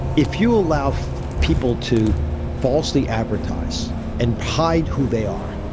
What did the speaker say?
if you allow people to falsely advertise and hide who they are,